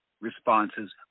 responses